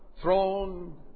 throne